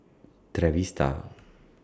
Trevista